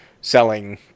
selling